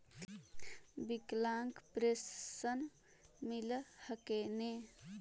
विकलांग पेन्शन मिल हको ने?